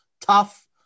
Tough